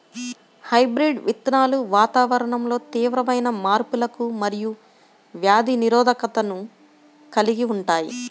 hybrid విత్తనాలు వాతావరణంలో తీవ్రమైన మార్పులకు మరియు వ్యాధి నిరోధకతను కలిగి ఉంటాయి